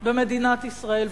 במדינת ישראל.